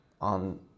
on